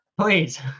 Please